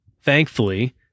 Thankfully